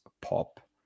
pop